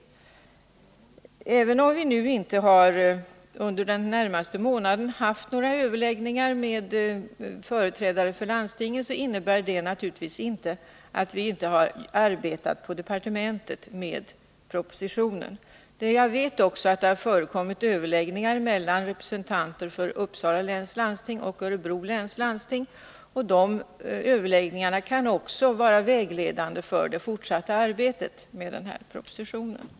Även om vi inte under den senaste månaden har haft några överläggningar med företrädare för landstinget, innebär det naturligtvis inte att vi inte har arbetat på departementet med propositionen. Jag vet också att det förekommit överläggningar mellan representanter för Uppsala läns landsting och Örebro läns landsting, och de överläggningarna kan också bli vägledande för det fortsatta arbetet med den här propositionen.